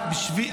שצריך להילחם.